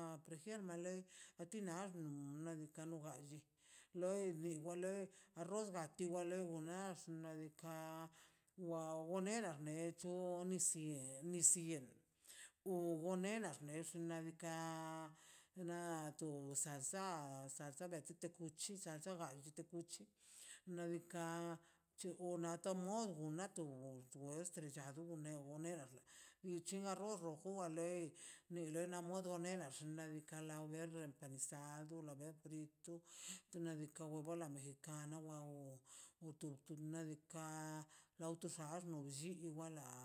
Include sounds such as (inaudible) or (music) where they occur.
(unintelligible) prefier ma le nar nan xna' diikaꞌ leidi wa le arroz wati gale o mas nadika wa wonera necho nisi nisi yeṉ o gonera xnez xnaꞌ diikaꞌ na to sarsa sarsa de pita kuchi sarsa pita kuchi nabika chu o napa mo mo gun dus tres chago o me o me ago nic̱he arroz rojo o wa lei ni le wa modo ne nax xnaꞌ diikaꞌ lao benꞌ guisado lao ben guito niko huevo a la mexicana wao utur pug xnaꞌ diikaꞌ saarno bllii wala.